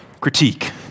critique